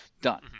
done